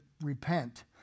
repent